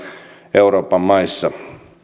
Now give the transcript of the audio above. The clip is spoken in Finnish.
euroopan maissa